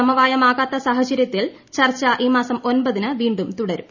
സമവായമാകാത്ത സാഹചര്യത്തിൽ ചർച്ച ഈ മാസം ഒൻപതിന് വീണ്ടും തുടരും